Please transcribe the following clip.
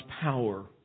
power